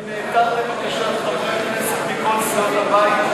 אני נעתר לבקשת חברי הכנסת מכל סיעות הבית,